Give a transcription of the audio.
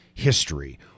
history